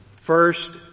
first